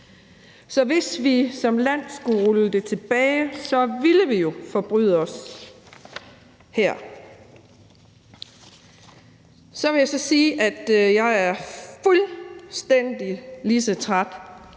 Så hvis vi som land skulle rulle det tilbage, ville vi jo forbryde os her. Så vil jeg sige, at jeg er fuldstændig lige så træt